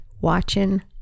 watching